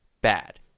bad